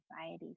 anxiety